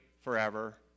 forever